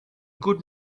good